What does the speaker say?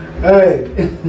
Hey